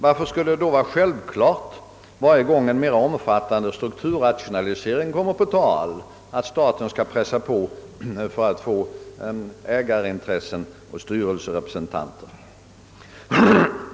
Varför skall det då vara självklart varje gång en mera omfattande strukturrationalisering kommer på tal att staten skall pressa på för att få ägarintressen och styrelserepresentanter?